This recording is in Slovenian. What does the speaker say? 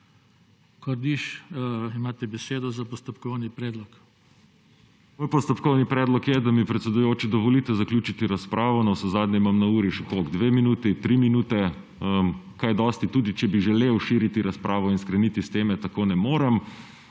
Kordiš, imate besedo za postopkovni predlog. **MIHA KORDIŠ (PS Levica):** Moj postopkovni predlog je, da mi, predsedujoči, dovolite zaključiti razpravo, navsezadnje imam na uri še – koliko? 2 minuti, 3 minute … Kaj dosti, tudi če bi želel širiti razpravo in skreniti s teme, tako ne morem,